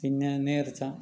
പിന്നെ നേർച്ച